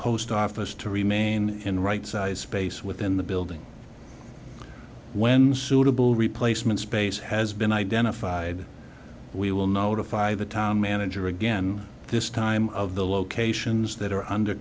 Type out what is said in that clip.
post office to remain in the right size space within the building when suitable replacement space has been identified we will notify the town manager again this time of the locations that are under